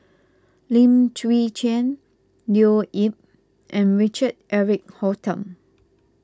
Lim Chwee Chian Leo Yip and Richard Eric Holttum